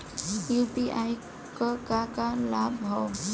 UPI क का का लाभ हव?